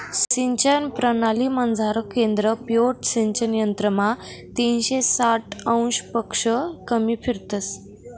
सिंचन परणालीमझारलं केंद्र पिव्होट सिंचन यंत्रमा तीनशे साठ अंशपक्शा कमी फिरस